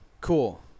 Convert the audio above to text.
cool